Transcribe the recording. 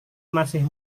masih